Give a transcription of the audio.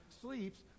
sleeps